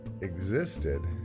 existed